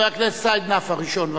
חבר הכנסת סעיד נפאע, הראשון.